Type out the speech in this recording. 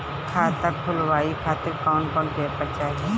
खाता खुलवाए खातिर कौन कौन पेपर चाहीं?